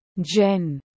Jen